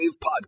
Podcast